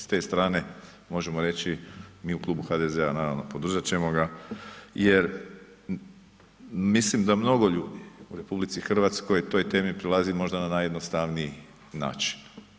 S te strane, možemo reći mi u Klubu HDZ-a naravno, podržat ćemo ga jer mislim da mnogo ljudi u RH toj temi prilazi možda na najjednostavniji način.